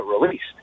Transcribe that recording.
released